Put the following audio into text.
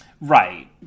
right